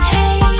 Hey